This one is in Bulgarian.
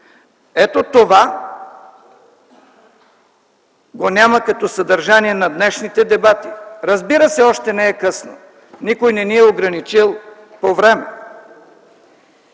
Ето това го няма като съдържание на днешните дебати. Разбира се, още не е късно, никой не ни е ограничил по време.